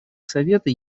совета